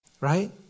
Right